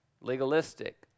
legalistic